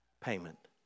payment